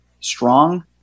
strong